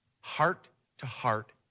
heart-to-heart